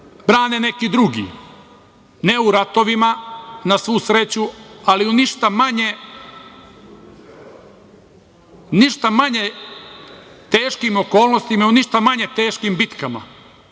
brane neki drugi, ne u ratovima, na svu sreću, ali u ništa manje teškim okolnostima, u ništa manje teškim bitkama,